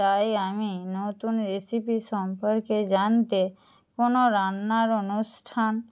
তাই আমি নতুন রেসিপি সম্পর্কে জানতে কোনো রান্নার অনুষ্ঠান